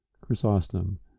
Chrysostom